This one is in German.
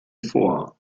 vor